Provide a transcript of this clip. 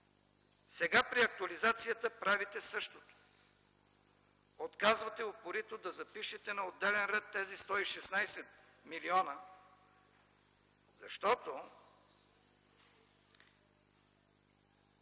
Сега при актуализацията правите същото – отказвате упорито да запишете на отделен ред тези 116 млн. лв., защото